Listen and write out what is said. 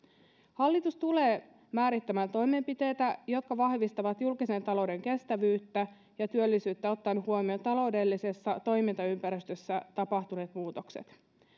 hallitus tulee määrittämään toimenpiteitä jotka vahvistavat julkisen talouden kestävyyttä ja työllisyyttä ottaen huomioon taloudellisessa toimintaympäristössä tapahtuneet muutokset